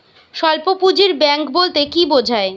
স্বল্প পুঁজির ব্যাঙ্ক বলতে কি বোঝায়?